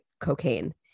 cocaine